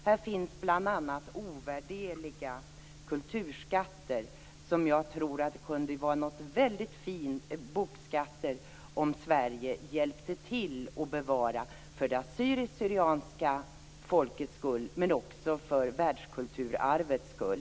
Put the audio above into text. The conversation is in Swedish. Här finns bl.a. ovärderliga kulturskatter och bokskatter som det skulle vara väldigt fint om Sverige hjälpte till att bevara för det assyriska/syrianska folkets skull men också för världskulturarvets skull.